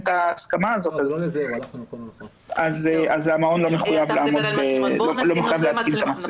ההסכמה הזאת אז המעון לא מחויב להתקין את המצלמות.